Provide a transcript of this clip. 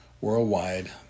worldwide